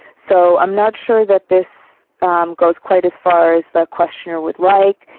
so i'm not sure that this goes quite as far as the questioner would like.